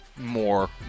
more